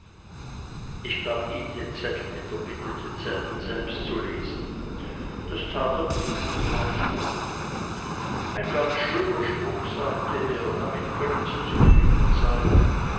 ich gab ihm den zettel mit der bitte denselben selbst zu lesen das tat er mit gutem ausdruck ein ganz schöner spruch sagte er damit können sie zufrieden sein